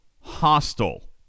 hostile